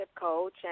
coach